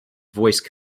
voice